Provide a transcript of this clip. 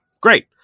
great